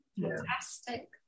Fantastic